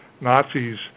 Nazis